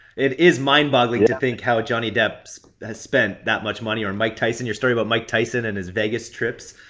it is mind boggling to think how johnny depp so has spent that much money, or mike tyson. your story about mike tyson and his vegas trips.